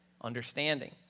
understanding